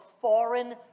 foreign